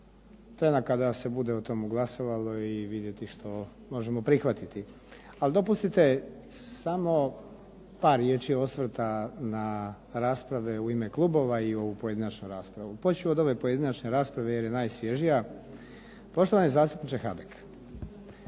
trena kada se bude o tomu glasovalo i vidjeti što možemo prihvatiti. Ali dopustite samo par riječi osvrta na rasprave u ime klubova i u pojedinačnu raspravu. Poći ću od ove pojedinačne rasprave jer je najsvježija. Poštovani zastupniče